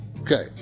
Okay